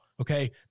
Okay